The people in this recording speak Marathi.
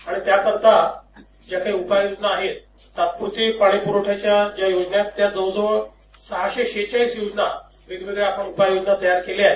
आणि त्याकरीता ज्या काही उपाययोजना आहेत तात्पूर्ती पाणीपूरवठ्याच्या योजना आहेत त्या जवळ जवळ सहाशे सेहेचाळीस योजना वेगवेगळ्या उपाय योजना आपण तयार केल्या आहेत